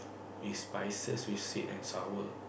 with spices with sweet and sour